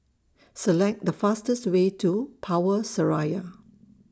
Select The fastest Way to Power Seraya